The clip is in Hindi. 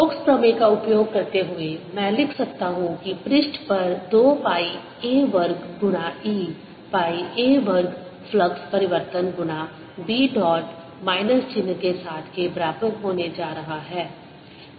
स्टोक्स प्रमेय का उपयोग करते हुए मैं लिख सकता हूं कि पृष्ठ पर 2 पाई a वर्ग गुणा E पाई a वर्ग फ्लक्स परिवर्तन गुणा B डॉट माइनस चिह्न के साथ के बराबर होने जा रहा है